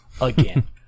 Again